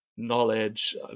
knowledge